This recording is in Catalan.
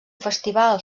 festival